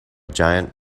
giant